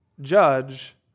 judge